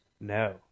No